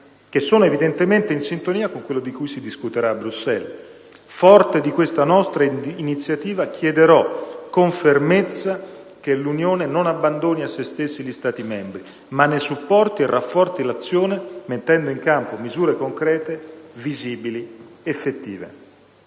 che sono evidentemente in sintonia con quanto si discuterà a Bruxelles. Forte di questa nostra iniziativa, chiederò con fermezza, che l'Unione non abbandoni a sé stessi gli Stati membri, ma ne supporti e rafforzi l'azione, mettendo in campo misure concrete, visibili ed effettive.